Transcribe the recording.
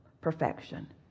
perfection